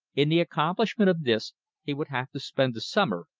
in the accomplishment of this he would have to spend the summer,